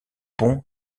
pont